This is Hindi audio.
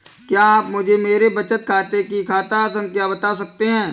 क्या आप मुझे मेरे बचत खाते की खाता संख्या बता सकते हैं?